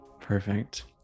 Perfect